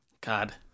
God